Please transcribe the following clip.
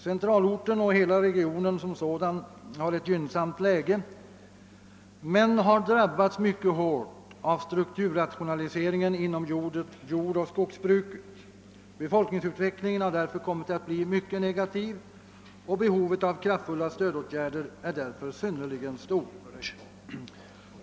Centralorten och hela regionen har ett gynnsamt läge men har drabbats mycket hårt av strukturrationaliseringen inom jordbruket och skogsbruket. Be folkningsutvecklingen har därför kommit att bli negativ, och behovet av kraftfulla stödåtgärder är synnerligen stort.